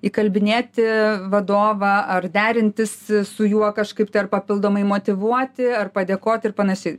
įkalbinėti vadovą ar derintis su juo kažkaip tai ar papildomai motyvuoti ar padėkoti ir panašiai